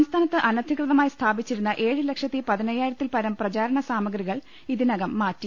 സംസ്ഥാനത്ത് അനധികൃതമായി സ്ഥാപിച്ചിരുന്ന ഏഴ് ലക്ഷത്തി പതിനയ്യായിരത്തിൽ പരം പ്രച്ചാർണ് സാമഗ്രികൾ ഇതി നകം മാറ്റി